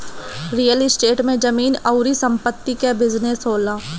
real estate में जमीन अउरी संपत्ति कअ बिजनेस होला